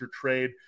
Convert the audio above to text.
trade